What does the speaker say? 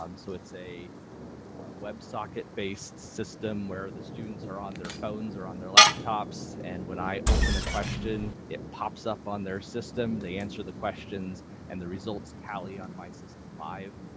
um so it's a websocket based system, where the students are on their phones or on their laptops, and when i open a question, it pops up on their system, they answer the questions and the results tally on my system live.